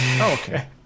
okay